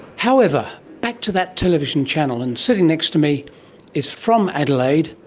however, back to that television channel. and sitting next to me is, from adelaide,